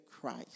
Christ